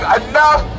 enough